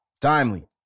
Timely